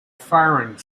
firing